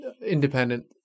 independent